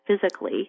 physically